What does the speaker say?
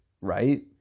right